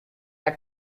had